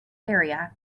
area